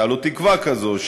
הייתה לו תקווה כזאת,